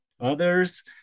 Others